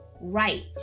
right